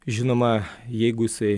žinoma jeigu jisai